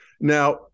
Now